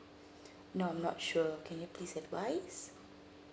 no I'm not sure can you please advise